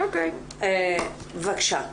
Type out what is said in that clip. בקשה.